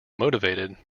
motivated